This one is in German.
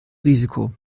risiko